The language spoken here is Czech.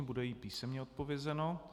Bude jí písemně odpovězeno.